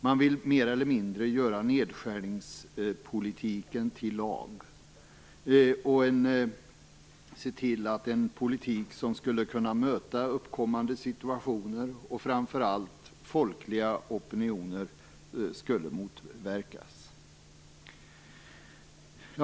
Man vill mer eller mindre göra nedskärningspolitiken till lag och se till att en politik som skulle kunna möta uppkommande situationer och framför allt folkliga opinioner skulle motverkas.